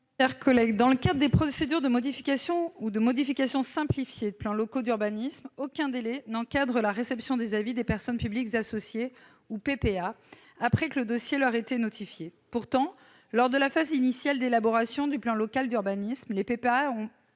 Dans le cadre des procédures de modification ou de modification simplifiée des plans locaux d'urbanisme, aucun délai n'encadre la réception des avis des personnes publiques associées, les PPA, après que le dossier leur ait été notifié. Pourtant, lors de la phase initiale d'élaboration du plan local d'urbanisme, les PPA